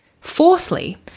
Fourthly